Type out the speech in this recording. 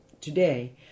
today